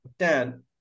Dan